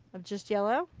of just yellow.